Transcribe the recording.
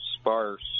sparse